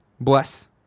Bless